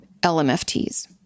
LMFTs